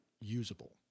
usable